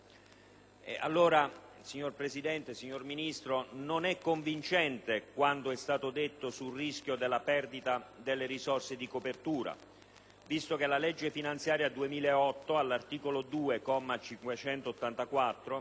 signora Presidente, signor Ministro, non è convincente quanto è stato detto sul rischio della perdita delle risorse di copertura, visto che la legge finanziaria 2008, all'articolo 2,